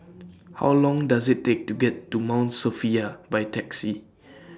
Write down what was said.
How Long Does IT Take to get to Mount Sophia By Taxi